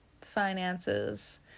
finances